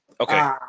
Okay